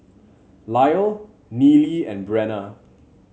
Lyle Nealie and Brenna